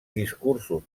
discursos